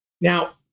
now